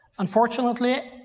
unfortunately,